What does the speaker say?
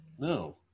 No